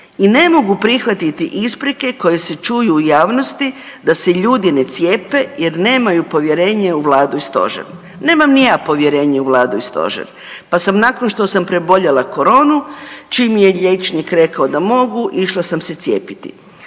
i ne mogu prihvatiti isprike koje se čuju u javnosti da se ljudi ne cijepe jer nemaju povjerenje u vladu i stožer. Nemam ni ja povjerenje u vladu i stožer, pa sam nakon što sam preboljela koronu, čim je liječnik rekao da mogu, išla sam se cijepiti.